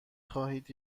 خواهید